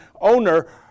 owner